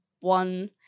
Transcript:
one